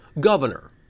governor